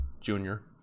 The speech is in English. Junior